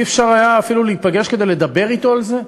אי-אפשר היה אפילו להיפגש כדי לדבר אתו על זה?